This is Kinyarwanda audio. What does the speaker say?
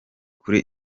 kuri